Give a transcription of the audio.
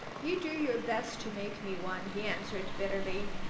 you do your best to make me one, he answered bitterly.